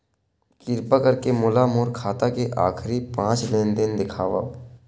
किरपा करके मोला मोर खाता के आखिरी पांच लेन देन देखाव